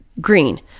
Green